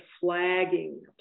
flagging